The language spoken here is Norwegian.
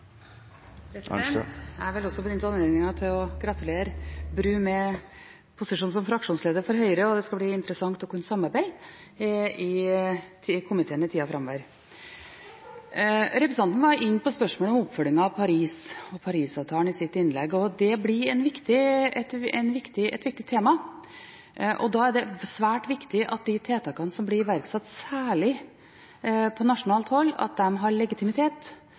Jeg vil også benytte anledningen til å gratulere Bru med posisjonen som fraksjonsleder for Høyre. Det skal bli interessant å kunne samarbeide i komiteen i tida framover. Representanten var inne på spørsmålet om oppfølgingen av Paris-avtalen i sitt innlegg. Det blir et viktig tema, og da er det svært viktig at de tiltakene som blir iverksatt, særlig på nasjonalt hold, har legitimitet, at de er godt fundert, og at vi vet at de har